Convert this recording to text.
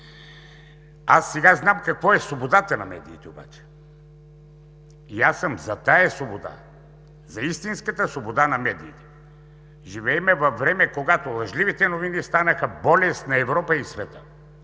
сега знам какво е свободата на медиите обаче и аз съм за тази свобода, за истинската свобода на медиите. Живеем във време, когато лъжливите новини станаха болест на Европа и света